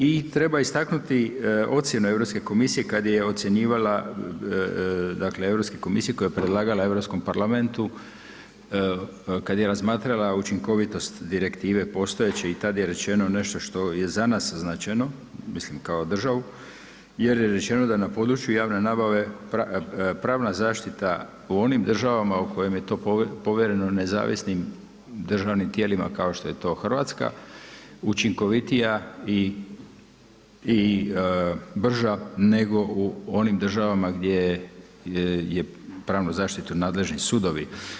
I treba istaknuti ocjenu Europske komisije kad je ocjenjivala, dakle Europske komisije koja je predlagala Europskom Parlamentu kad je razmatrala učinkovitost direktive postojeće i tada je rečeno nešto što je za nas značajno, jer je rečeno da je na području javne nabave, pravna zaštita u onim državama u kojim je to povjereno nezavisnim državnim tijelima kao što je to Hrvatska učinkovitija i brža nego u onim državama gdje je pravnu zaštitu nadležni sudovi.